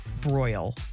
broil